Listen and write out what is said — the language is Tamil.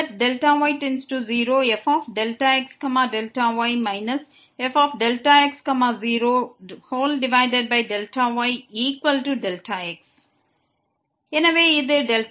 fyx0fxy fx0y x எனவே இது Δx